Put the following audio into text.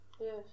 Yes